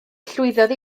llwyddodd